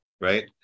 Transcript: Right